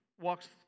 walks